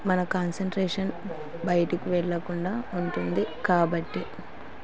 మన కాన్సన్ట్రేషన్ బయటికి వెళ్ళకుండా ఉంటుంది కాబట్టి